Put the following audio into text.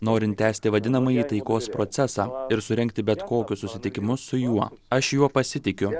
norint tęsti vadinamąjį taikos procesą ir surengti bet kokius susitikimus su juo aš juo pasitikiu